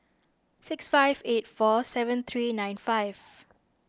six five eight four seven three nine five